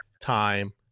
time